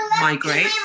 migrate